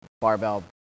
barbell